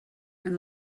and